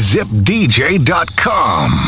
ZipDJ.com